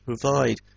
provide